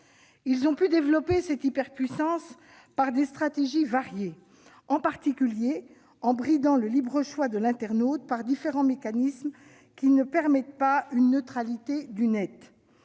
ont pu développer cette hyperpuissance par des stratégies variées, en particulier en bridant le libre choix de l'internaute par différents mécanismes, qui ne permettent pas une neutralité du Net.